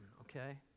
okay